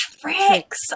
tricks